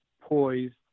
poised